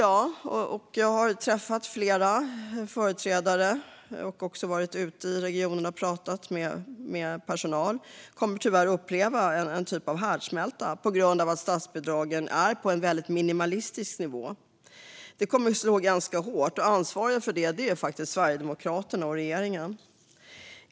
Jag har träffat flera företrädare för regionerna, och jag har varit ute i regionerna och pratat med personal. Regionerna kommer tyvärr att uppleva en typ av härdsmälta på grund av att statsbidragen är på en minimalistisk nivå, och det kommer att slå hårt mot sjukvården. Ansvariga för detta är Sverigedemokraterna och regeringen.